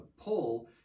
pull